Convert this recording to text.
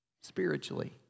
Spiritually